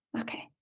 Okay